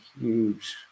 huge